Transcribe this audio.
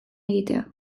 egitea